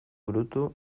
burutu